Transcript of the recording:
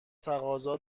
تقاضا